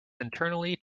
internally